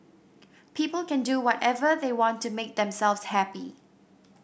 people can do whatever they want to make themselves happy